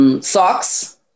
socks